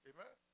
Amen